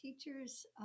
teachers